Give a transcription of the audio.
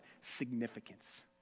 significance